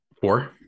four